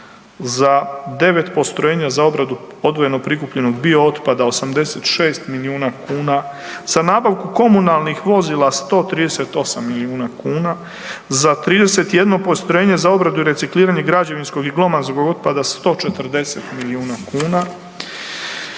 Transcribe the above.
za 9 postrojenja za obradu odvojeno prikupljenog biootpada 86 milijuna kuna, za nabavku komunalnih vozila 138 milijuna kuna, za 31 postrojenje za obradu i recikliranje građevinskog i glomaznog otpada 140 milijuna kuna,